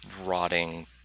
rotting